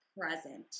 present